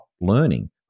learning